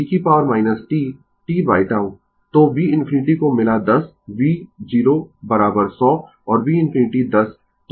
तो v infinity को मिला 10 v0 100 और v infinity 10